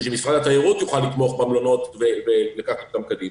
שמשרד התיירות יוכל לתמוך במלונות ולקחת אותם קדימה.